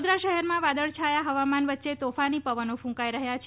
વડોદરા શહેરમાં વાદળ છાયા હવામાન વચ્ચે તોફાની પવનો ક્રંકાઈ રહ્યા છે